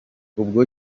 ubwo